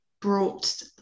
brought